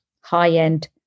high-end